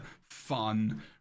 fun